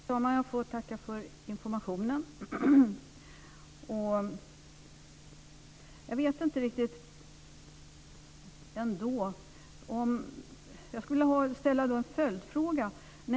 Fru talman! Jag får tacka för informationen. Men jag skulle ändå vilja ställa en följdfråga.